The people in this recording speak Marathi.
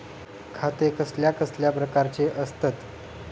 खाते कसल्या कसल्या प्रकारची असतत?